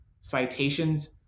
citations